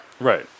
Right